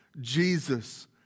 Jesus